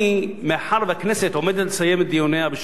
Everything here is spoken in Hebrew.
מאחר שהכנסת עומדת לסיים את דיוניה בשבוע הבא,